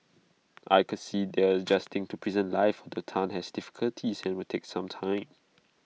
I could see they are adjusting to prison life although Tan has difficulties and will take some time